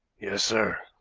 yes, sir.